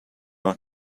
our